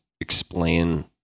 Explain